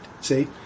see